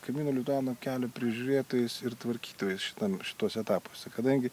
kamino lituano kelio prižiūrėtojais ir tvarkytojais šitam šituose etapuose kadangi